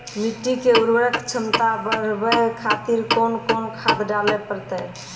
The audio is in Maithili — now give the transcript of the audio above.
मिट्टी के उर्वरक छमता बढबय खातिर कोंन कोंन खाद डाले परतै?